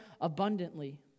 abundantly